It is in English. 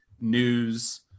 news